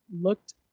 looked